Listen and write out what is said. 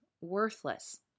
worthless